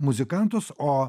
muzikantus o